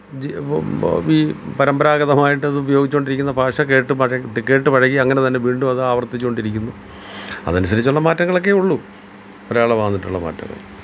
ജീ വം ബാ ബി പരമ്പരാഗതമായിട്ട് അത് ഉപയോഗിച്ചുകൊണ്ടിരിക്കുന്ന ഭാഷ കേട്ട് പഴ തി കേട്ട് പഴകി അങ്ങനെ തന്നെ വീണ്ടും അത് ആവര്ത്തിച്ച് കൊണ്ടിരിക്കുന്നു അതനുസരിച്ചുള്ള മാറ്റങ്ങൾ ഒക്കെയേ ഉള്ളൂ ഒരാളെ വന്നിട്ടുള്ള മാറ്റങ്ങൾ